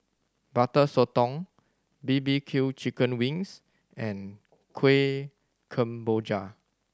Butter Sotong B B Q chicken wings and Kuih Kemboja